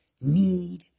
Need